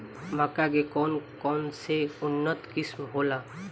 मक्का के कौन कौनसे उन्नत किस्म होला?